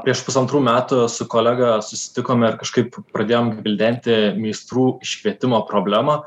prieš pusantrų metų su kolega susitikome ir kažkaip pradėjom gvildenti meistrų iškvietimo problemą